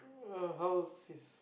uh how was his